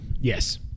Yes